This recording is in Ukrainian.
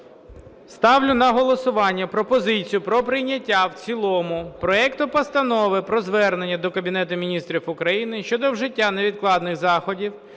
Ставлю на голосування пропозицію про прийняття в цілому проекту Постанови про звернення до Кабінету Міністрів України щодо вжиття невідкладних заходів